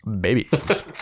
Babies